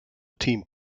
team